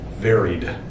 varied